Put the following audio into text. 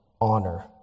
honor